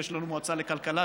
ויש לנו מועצה לכלכלה,